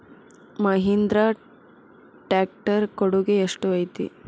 Mahindra tractor ಕೊಡುಗೆ ಎಷ್ಟು ಐತಿ?